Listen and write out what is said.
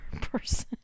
person